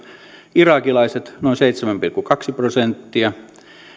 irakilaiset noin seitsemän pilkku kaksi prosenttia